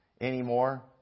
anymore